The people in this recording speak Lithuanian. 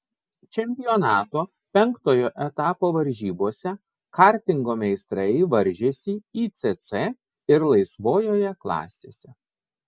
čempionato penktojo etapo varžybose kartingo meistrai varžėsi icc ir laisvojoje klasėse